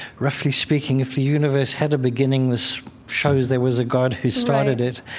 roughly speaking, if the universe had a beginning, this shows there was a god who started it